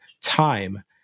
time